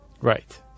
Right